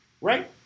right